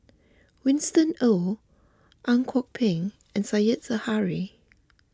Winston Oh Ang Kok Peng and Said Zahari